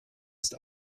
ist